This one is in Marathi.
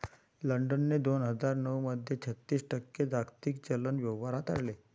लंडनने दोन हजार नऊ मध्ये छत्तीस टक्के जागतिक चलन व्यवहार हाताळले